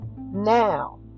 Now